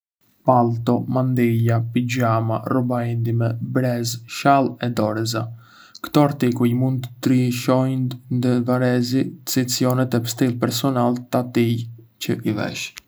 Pallto, mantila, pijama, rroba intime, brez, shall e doreza. Ktò artikuj mund të ndryshojndë ndë varësi të sezonit e stilit personal të atij që i vesh.